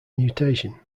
mutation